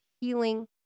healing